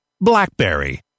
BlackBerry